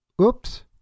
Oops